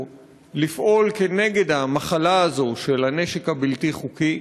לפעול כנגד המחלה הזאת של הנשק הבלתי-חוקי.